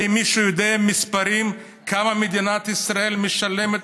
האם מישהו יודע במספרים כמה מדינת ישראל משלמת